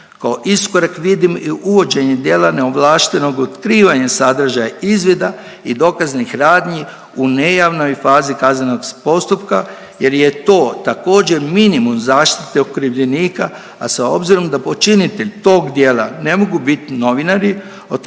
Kao iskorak vidim i uvođenje djela neovlaštenog otkrivanja sadržaja izvida i dokaznih radnji u nejavnoj fazi kaznenog postupka jer je to također minimum zaštite okrivljenika, a sa obzirom da počinitelj tog djela ne mogu bit novinari, otklanjaju